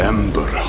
Ember